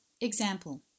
Example